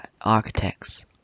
Architects